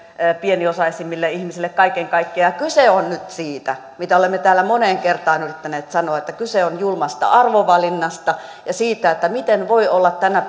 pieniosaisimmille ihmisille kaiken kaikkiaan kyse on nyt mitä olemme täällä moneen kertaan yrittäneet sanoa julmasta arvovalinnasta ja siitä että miten voi olla tänä